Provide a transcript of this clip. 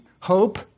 hope